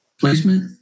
placement